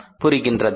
புரிகின்றதா